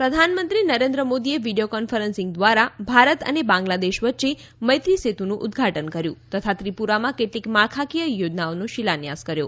PM Maitri પ્રધાનમંત્રી નરેન્દ્ર મોદી એ video conference દ્વારા ભારત અને બાંગ્લાદેશ વચ્ચે મૈત્રી સેતુનું ઉદઘાટન કર્યું તથા ત્રિપુરામાં કેટલીક માળખાકીય યોજનાઓનો શિલાન્યાસ કર્યો